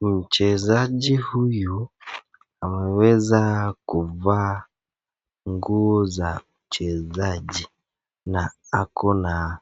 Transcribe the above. mchezaji huyu ameweza kuvaa nguo za mchezaji na ako na